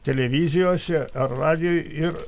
televizijose ar radijuj ir